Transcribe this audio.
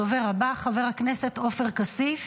הדובר הבא, חבר הכנסת עופר כסיף,